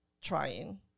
trying